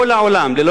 ללא יוצא מהכלל,